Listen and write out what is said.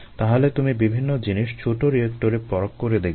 তাহলে তুমি বিভিন্ন জিনিস ছোট রিয়েক্টরে পরখ করে দেখবে